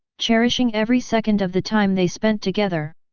cherishing every second of the time they spent together.